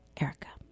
Erica